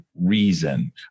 reason